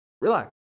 Relax